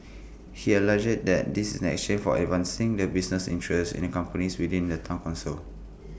he allegedly that this in exchange for advancing the business interests in the companies within the Town Council